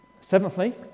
Seventhly